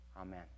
Amen